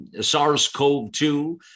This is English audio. SARS-CoV-2